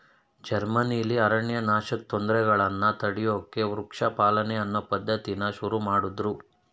ಜರ್ಮನಿಲಿ ಅರಣ್ಯನಾಶದ್ ತೊಂದ್ರೆಗಳನ್ನ ತಡ್ಯೋಕೆ ವೃಕ್ಷ ಪಾಲನೆ ಅನ್ನೋ ಪದ್ಧತಿನ ಶುರುಮಾಡುದ್ರು